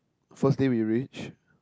first day we arrange